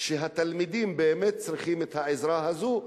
שהתלמידים באמת צריכים את העזרה הזאת,